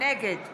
נגד